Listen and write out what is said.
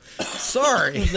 sorry